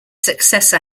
successor